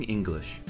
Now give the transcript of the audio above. English